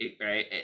Right